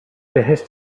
بهش